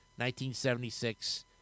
1976